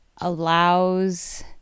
allows